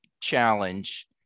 challenge